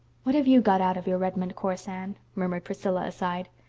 what have you got out of your redmond course, anne? murmured priscilla aside.